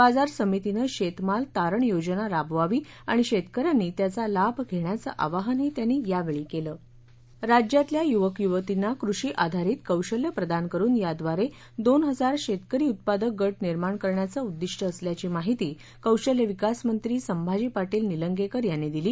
बाजार समितीनं शेतमाल तारण योजना राबवावी आणि शेतकऱ्यांनी त्याचा लाभ घेण्याचं आवाहनही त्यांनी यावेळी केलं राज्यातल्या युवक युवतींना कृषी आधारित कौशल्य प्रदान करून याव्दारे दोन हजार शेतकरी उत्पादक गट निर्माण करण्याचं उद्दीष्ट असल्याची माहिती कौशल्य विकास मंत्री सभांजी पाटील निलंगेकर यांनी दिली